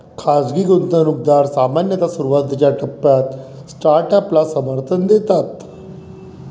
खाजगी गुंतवणूकदार सामान्यतः सुरुवातीच्या टप्प्यात स्टार्टअपला समर्थन देतात